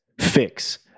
fix